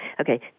Okay